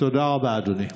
תודה רבה, אדוני.